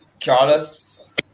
Charles